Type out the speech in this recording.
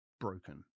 broken